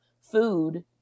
food